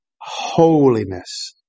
holiness